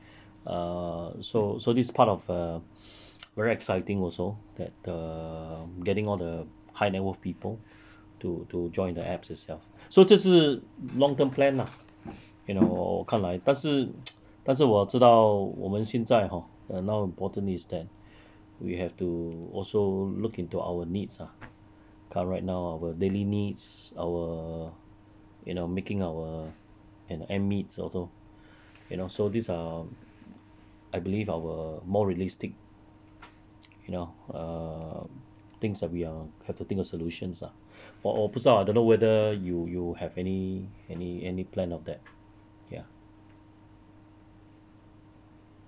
err so so this part of err very exciting also that the getting all the high net worth people to to join the apps itself so 这是 long term plan lah you know 看来但是 但是我知道我们现在 hor ah now important is that we have to also look into our needs ah ca~ right now our daily needs our you know making our and end meets also you know so these are I believe our more realistic you know err things that we are have to think of solutions lah 我我不知道 I don't know whether you you have any any any plan of that ya